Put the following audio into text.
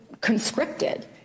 conscripted